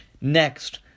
Next